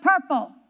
purple